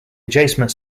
adjacent